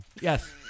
Yes